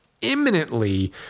imminently